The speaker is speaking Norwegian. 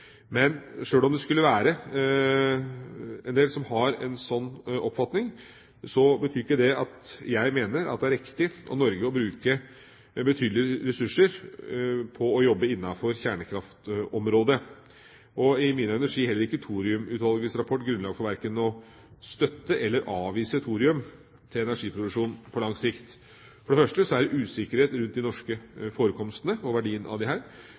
Men sjøl om det skulle være en del som har en slik oppfatning, betyr ikke det at jeg mener det er riktig av Norge å bruke betydelige ressurser på å jobbe innenfor kjernekraftområdet. I mine øyne gir heller ikke Thoriumutvalgets rapport grunnlag for verken å støtte eller avvise thorium til energiproduksjon på lang sikt. For det første er det usikkerhet rundt de norske forekomstene og verdien av